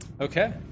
Okay